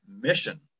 mission